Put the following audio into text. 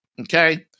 Okay